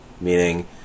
meaning